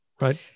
right